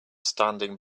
standing